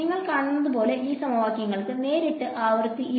നിങ്ങൾ കാണുന്നതുപോലെ ഈ സമവാക്യങ്ങൾക്ക് നേരിട്ട് ആവൃത്തി ഇല്ല